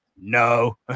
no